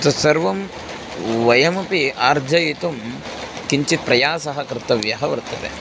तत् सर्वं वयमपि अर्जयितुं किञ्चित् प्रयासः कर्तव्यः वर्तते